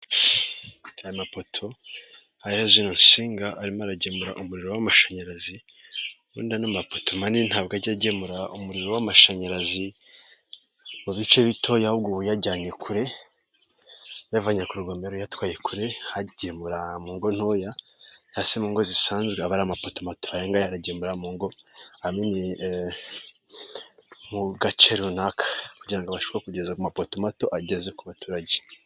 Amapoto yohereza urusinga arimo aragemura umuriro w'amashanyarazi, wenda ano mapoto manini ntabwo ajya agemura umuriro w'amashanyarazi mu bice bitoya ahubwo uba uyajyanye kure, uyavanye kurugomero uyatwaye kure hagemura mungo ntoya cyangwa se mu ngo zisanzwe aba ari amapoto mato, aya ngaya aragemura ngo amenye mu gace runaka kugirango bashobore kugeza amapoto mato ageze ku baturage.